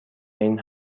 این